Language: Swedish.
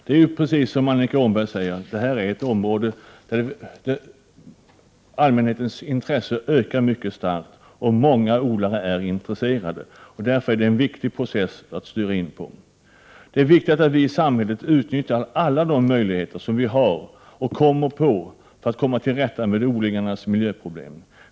Det är precis som Annika Åhnberg säger, att det är ett område där allmänhetens intresse ökar mycket starkt, och många odlare är intresserade. Därför är det en viktig process att styra in på. Det är viktigt att vi i samhället utnyttjar alla de möjligheter som vi har och kommer på för att komma till rätta med odlingars miljöproblem.